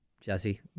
Jesse